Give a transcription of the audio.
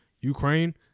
Ukraine